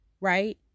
Right